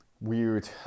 weird